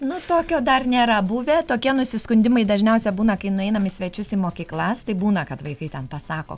nuo tokio dar nėra buvę tokie nusiskundimai dažniausia būna kai nueinam į svečius į mokyklas tai būna kad vaikai ten pasako